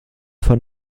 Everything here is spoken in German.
von